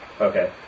Okay